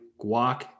guac